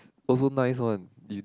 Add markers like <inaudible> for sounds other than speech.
<noise> also nice one you